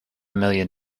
million